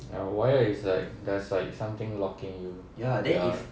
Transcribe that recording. ya wired is like there's like something blocking you ya